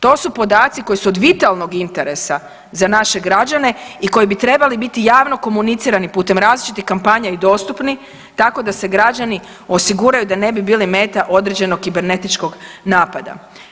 To su podaci koji su od vitalnog interesa za naše građane i koji bi trebali biti javno komunicirani putem različitih kampanja i dostupni tako da se građani osiguraju da ne bi bili meta određenog kibernetičkog napada.